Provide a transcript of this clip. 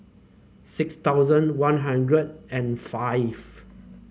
six thousand One Hundred and five